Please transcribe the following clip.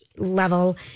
level